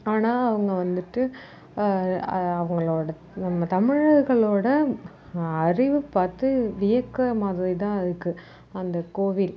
ஆனா அவங்க வந்துட்டு அவங்களோட நம்ம தமிழர்களோட அறிவு பார்த்து வியக்குற மாதிரி தான் இருக்கு அந்த கோவில்